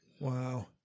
Wow